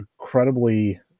incredibly